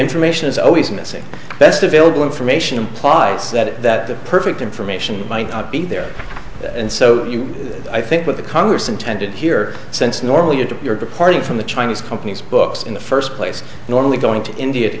information is always missing best available information implies that the perfect information might not be there and so i think what the congress intended here since normally to your departing from the chinese company's books in the first place normally going to india to